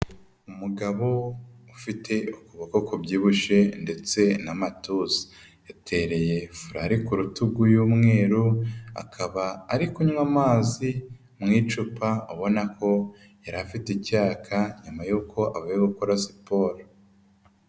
Umugabo ufite ukuboko kubyibushye ndetse n'amatuza. Yatereye furari ku rutugu y'umweru, akaba ari kunywa amazi mu icupa ubona ko yari afite icyaka nyuma y'uko avuye gukora siporo.